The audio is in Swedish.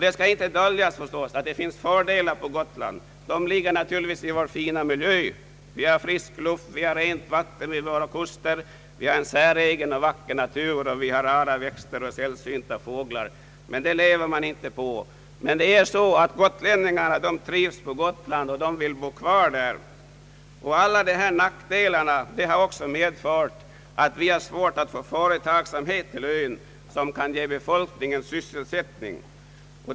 Det skall inte döljas att det också finns fördelar med att på bo Gotland. Fördelarna ligger naturligtvis i vår fina miljö. Vi har frisk, ren luft, och vi har rent vatten kring våra kuster. Vi har en säregen och vacker natur med rara växter och sällsynta fåglar. Det lever man dock inte på. Gotlänningarna trivs på Gotland och vill bo kvar där. Men alla nackdelarna har medfört att det är svårt att få företagsamhet till ön som kan ge befolkningen sysselsättning.